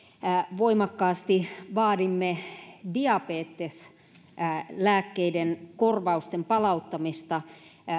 voimakkaasti vaadimme diabeteslääkkeiden korvausten palauttamista